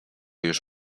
już